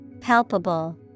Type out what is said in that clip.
palpable